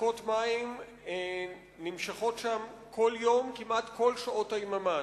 הפסקות מים נמשכות שם כל יום כמעט כל שעות היממה.